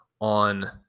on